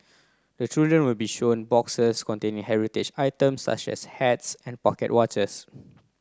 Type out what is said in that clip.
the children will be shown boxes containing heritage items such as hats and pocket watches